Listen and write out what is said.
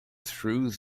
through